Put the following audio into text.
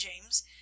James